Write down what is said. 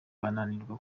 bananirwa